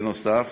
בנוסף,